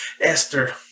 Esther